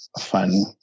fun